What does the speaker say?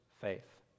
faith